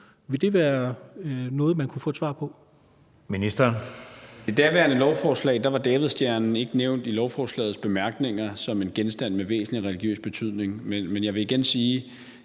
Justitsministeren (Peter Hummelgaard): I det daværende lovforslag var davidsstjernen ikke nævnt i lovforslagets bemærkninger som en genstand med væsentlig religiøs betydning, men jeg vil igen bede